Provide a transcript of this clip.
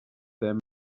them